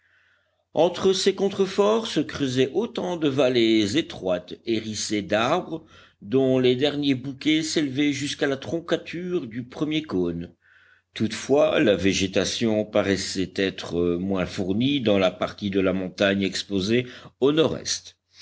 entre ces contreforts se creusaient autant de vallées étroites hérissées d'arbres dont les derniers bouquets s'élevaient jusqu'à la troncature du premier cône toutefois la végétation paraissait être moins fournie dans la partie de la montagne exposée au nordest